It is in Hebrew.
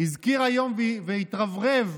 הזכיר היום, הוא התרברב,